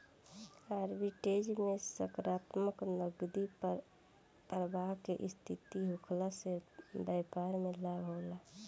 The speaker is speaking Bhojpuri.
आर्बिट्रेज में सकारात्मक नगदी प्रबाह के स्थिति होखला से बैपार में लाभ होला